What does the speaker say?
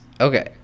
Okay